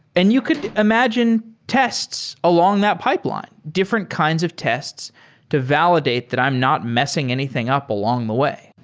and you could imagine tests along that pipeline. different kinds of tests to validate that i'm not messing anything up along the way.